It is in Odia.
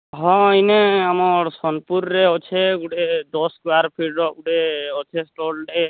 ହଁ ଏନେ ଆମର ସୋନପୁର୍ରେ ଅଛି ଗୋଟେ ଦଶ ବାର ଫୁଟର ଗୋଟେ ଅଛି ଷ୍ଟଲ୍ଟେ